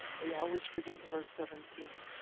we always forget verse seventeen.